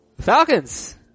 Falcons